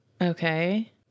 Okay